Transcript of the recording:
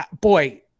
boy